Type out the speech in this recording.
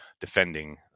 defending